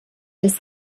des